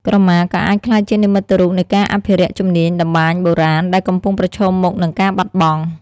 ក្រមាក៏អាចក្លាយជានិមិត្តរូបនៃការអភិរក្សជំនាញតម្បាញបុរាណ ដែលកំពុងប្រឈមមុខនឹងការបាត់បង់។